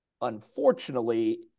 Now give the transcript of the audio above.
Unfortunately